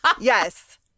yes